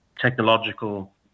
Technological